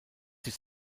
sich